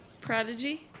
prodigy